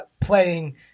playing